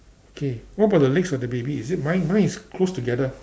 okay what about the legs of the baby is it mine mine is closed together